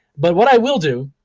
but what i will do,